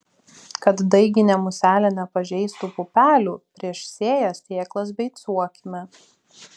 kad daiginė muselė nepažeistų pupelių prieš sėją sėklas beicuokime